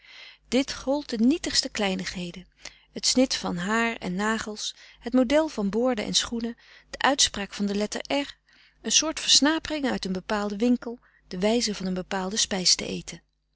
dit gold de nietigste kleinigheden t snit van haar en nagels het model van boorden en schoenen de uitspraak van de letter r een soort versnapering uit een bepaalden winkel de wijze van een bepaalde spijs te eten